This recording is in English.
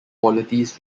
qualities